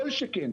כל שכן,